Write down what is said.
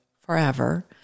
forever